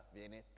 viene